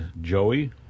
Joey